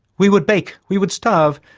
we would bake, we would starve,